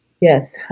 Yes